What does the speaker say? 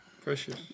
Precious